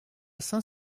saint